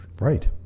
Right